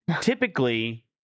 Typically